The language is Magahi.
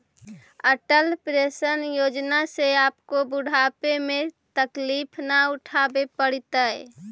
अटल पेंशन योजना से आपको बुढ़ापे में तकलीफ न उठावे पड़तई